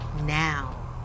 Now